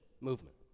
movement